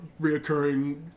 reoccurring